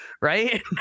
Right